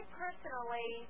personally